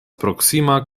proksima